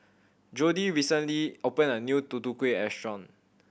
Jodie recently opened a new Tutu Kueh restaurant